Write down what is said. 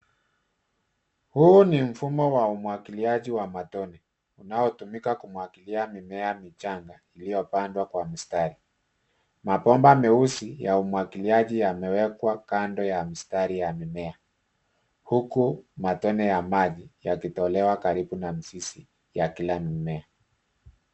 Huu ni mfumo wa umwakiliji wa matone unaotumiwa kumwagilia mimea michanga uliopandwa kwa mstari mapompa mabasi ya amwagiliaji yamewakwa kando ya mstari ya mim huku matone ya maji yakitolewa karibu na mizizi ya kila mimea.